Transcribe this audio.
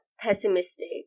pessimistic